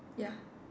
ya